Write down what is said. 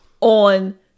on